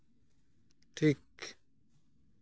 ᱴᱷᱤᱠ